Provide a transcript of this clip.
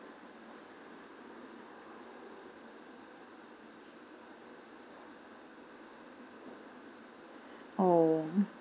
oh